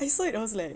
I saw it I was like